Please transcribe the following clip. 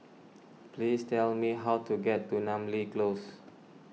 please tell me how to get to Namly Close